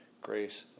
grace